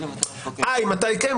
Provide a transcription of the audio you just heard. מתי כן?